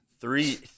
Three